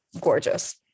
gorgeous